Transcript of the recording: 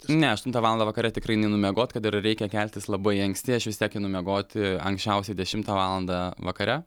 ne aštuntą valandą vakare tikrai neinu miegot kad ir reikia keltis labai anksti aš vis tiek einu miegoti anksčiausiai dešimtą valandą vakare